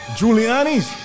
Giuliani's